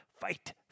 Fight